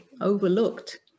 overlooked